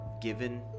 given